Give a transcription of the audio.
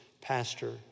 pastor